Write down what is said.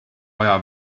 vaja